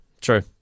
True